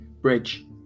bridge